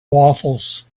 waffles